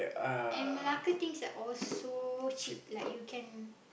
at Malacca things are all so cheap like you can